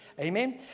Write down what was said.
Amen